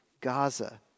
Gaza